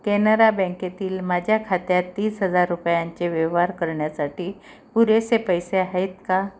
कॅनरा बँकेतील माझ्या खात्यात तीस हजार रुपयांचे व्यवहार करण्यासाठी पुरेसे पैसे आहेत का